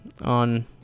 on